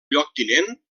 lloctinent